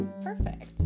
perfect